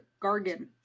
Gargan